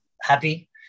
happy